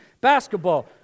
basketball